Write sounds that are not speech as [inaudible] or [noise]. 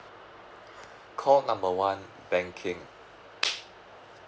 call number one banking [noise]